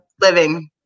living